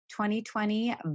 2020